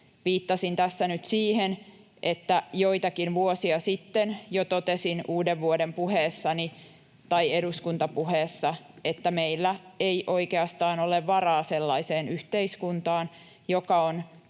Viittasin tässä nyt siihen, että joitakin vuosia sitten jo totesin uudenvuoden puheessani tai eduskuntapuheessa, että meillä ei oikeastaan ole varaa sellaiseen yhteiskuntaan, joka on